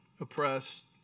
oppressed